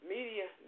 Media